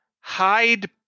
hide